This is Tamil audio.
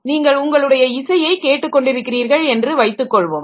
நீங்கள் உங்களுடைய இசையை கேட்டுக் கொண்டிருக்கிறீர்கள் என்று வைத்துக்கொள்வோம்